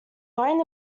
going